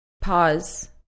Pause